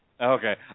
Okay